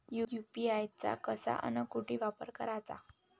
UPI चा कसा अन कुटी वापर कराचा?